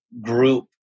group